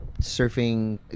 surfing